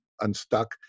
unstuck